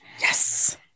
Yes